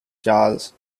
charles